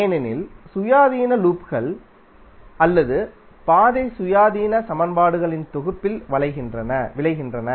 ஏனெனில் சுயாதீன லூப்கள் அல்லது பாதை சுயாதீன சமன்பாடுகளின் தொகுப்பில் விளைகின்றன